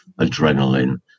adrenaline